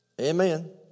Amen